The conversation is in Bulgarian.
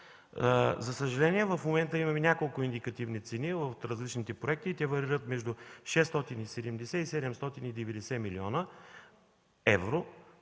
За съжаление в момента имаме няколко индикативни цени в различните проекти и те варират между 670-790 млн. евро.